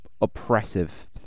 oppressive